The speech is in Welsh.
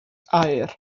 aur